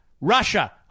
Russia